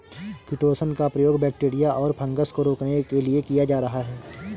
chitosan का प्रयोग bacteria और फँगस को रोकने के लिए किया जा रहा है